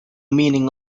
meaning